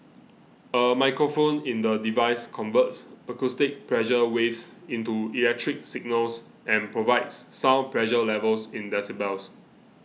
a microphone in the device converts acoustic pressure waves into electrical signals and provides sound pressure levels in the decibels